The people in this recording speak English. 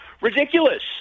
ridiculous